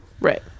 Right